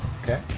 Okay